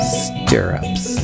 stirrups